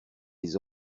les